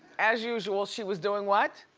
as usual, she was doing what?